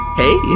hey